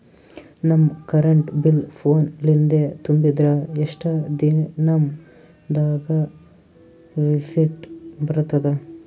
ನಮ್ current bill phone ಲಿಂದೇ ತುಂಬಿದ್ರ, ಎಷ್ಟ ದಿ ನಮ್ ದಾಗ ರಿಸಿಟ ಬರತದ?